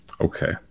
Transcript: Okay